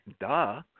Duh